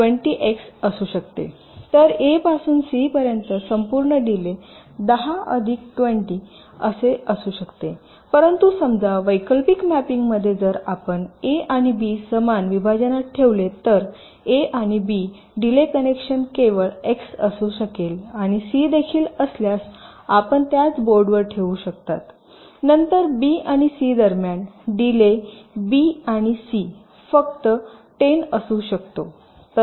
तर ए पासून सी पर्यंत संपूर्ण डीले 10 अधिक 20 असू शकते परंतु समजा वैकल्पिक मॅपिंगमध्ये जर आपण ए आणि बी समान विभाजनात ठेवले तर ए आणि बी डीले कनेक्शन केवळ एक्स असू शकेल आणि सी देखील असल्यास आपण त्याच बोर्डवर ठेवू शकता नंतर बी आणि सी दरम्यान डीले ब आणि क फक्त 10 असू शकतो